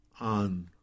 on